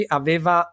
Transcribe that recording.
aveva